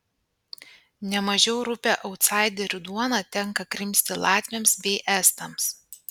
ne mažiau rupią autsaiderių duoną tenka krimsti latviams bei estams